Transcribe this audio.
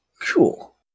Cool